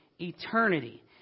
eternity